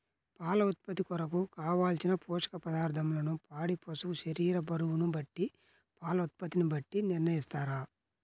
పాల ఉత్పత్తి కొరకు, కావలసిన పోషక పదార్ధములను పాడి పశువు శరీర బరువును బట్టి పాల ఉత్పత్తిని బట్టి నిర్ణయిస్తారా?